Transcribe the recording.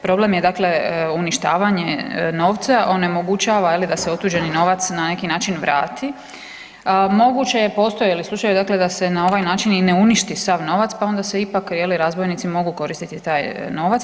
Problem je dakle uništavanje novca onemogućava je li da se otuđeni novac na neki način vrati, a moguće je postoje je li slučaj dakle da se na ovaj način i ne uništi sav novac pa onda se ipak je li razbojnici mogu koristiti taj novac.